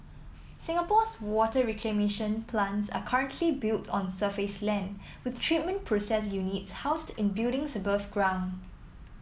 Singapore's water reclamation plants are currently built on surface land with treatment process units housed in buildings above ground